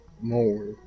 more